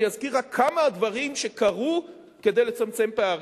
אזכיר רק כמה מהדברים שקרו כדי לצמצם פערים: